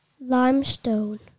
limestone